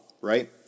right